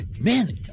Man